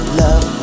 love